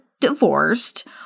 divorced